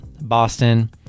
Boston